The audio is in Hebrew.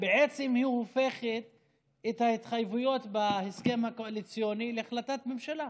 בעצם היא הופכת את ההתחייבויות בהסכם הקואליציוני להחלטת ממשלה.